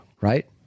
Right